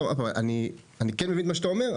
עוד פעם: אני כן מבין את מה שאתה אומר,